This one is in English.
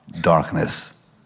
darkness